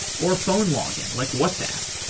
or phone login, like whatsapp.